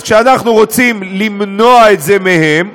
אז כשאנחנו רוצים למנוע את זה מהם,